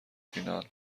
فینال